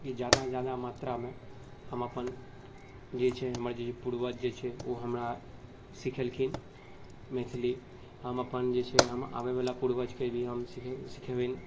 कि ज्यादासँ ज्यादा मात्रामे हम अपन जे छै हमर जे पूर्वज छै ओ हमरा सिखेलखिन मैथिली हम अपन जे छै हम आबैवला पूर्वजके भी हम सिखेबनि